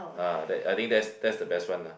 ah that I think that's that's the best one ah